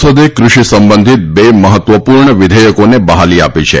સંસદે કૃષિ સંબંધિત બે મહત્વપુર્ણ વિધેયકોને બહાલી આપી છે